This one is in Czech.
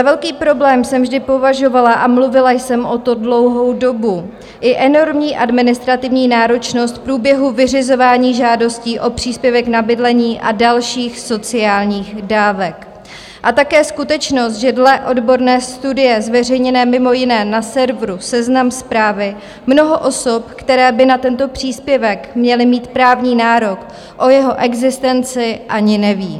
Za velký problém jsme vždy považovala, a mluvila jsem o tom dlouho dobu, i enormní administrativní náročnost v průběhu vyřizování žádostí o příspěvek na bydlení a dalších sociálních dávek a také skutečnost, že dle odborné studie zveřejněné mimo jiné na serveru Seznam Zprávy mnoho osob, které by na tento příspěvek měly mít právní nárok, o jeho existenci ani neví.